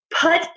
put